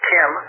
Kim